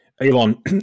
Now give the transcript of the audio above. Elon